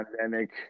pandemic